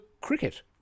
cricket